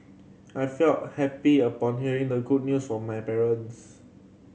I felt happy upon hearing the good news from my parents